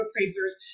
appraisers